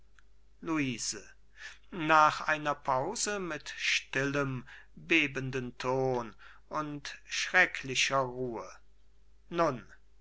luise nach einer pause mit stillem bebenden ton und schrecklicher ruhe nun was